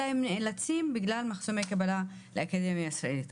אלא הם נאלצים בגלל מחסומי קבלה לאקדמיה הישראלית.